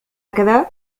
هكذا